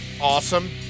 awesome